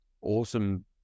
awesome